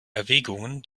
erwägungen